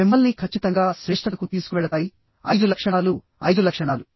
మిమ్మల్ని ఖచ్చితంగా శ్రేష్టతకు తీసుకువెళతాయి 5 లక్షణాలు 5 లక్షణాలు